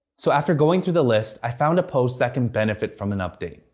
so after going through the list, i found a post that can benefit from an update.